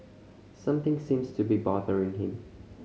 something seems to be bothering him